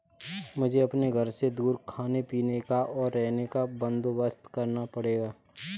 मुझे अपने घर से दूर खाने पीने का, और रहने का बंदोबस्त करना पड़ेगा